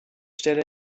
stelle